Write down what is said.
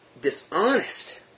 dishonest